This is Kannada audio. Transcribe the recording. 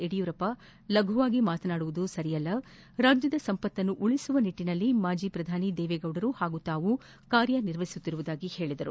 ಯಡಿಯೂರಪ್ಪನವರು ಲಘವಾಗಿ ಮಾತನಾಡುವುದು ಸರಿಯಲ್ಲ ರಾಜ್ಯದ ಸಂಪತ್ತುನ್ನು ಉಳಿಸುವ ನಿಟ್ಟನಲ್ಲಿ ಮಾಜಿ ಶ್ರಧಾನಿ ದೇವೆಗೌಡರು ಹಾಗೂ ತಾವು ಕಾರ್ಯನಿರ್ವಹಿಸುತ್ತಿರುವುದಾಗಿ ಹೇಳಿದರು